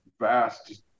vast